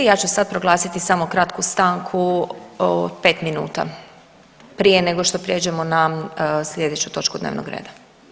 Ja ću sad proglasiti samo kratku stanku od pet minuta prije nego što prijeđemo na sljedeću točku dnevnog reda.